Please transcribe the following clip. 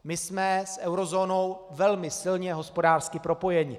My jsme s eurozónou velmi silně hospodářsky propojeni.